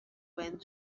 went